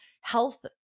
health